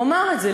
הוא אמר את זה,